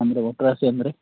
ಅಂದರೆ ಒಟ್ರಾಸಿ ಅಂದರೆ